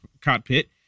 cockpit